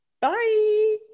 Bye